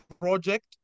project